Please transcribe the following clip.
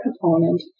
component